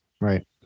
Right